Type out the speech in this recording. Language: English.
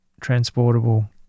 transportable